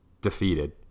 defeated